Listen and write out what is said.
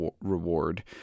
reward